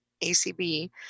ACB